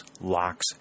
locks